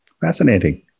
Fascinating